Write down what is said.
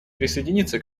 присоединиться